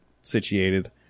situated